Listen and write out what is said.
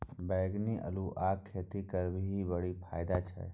बैंगनी अल्हुआक खेती करबिही बड़ फायदा छै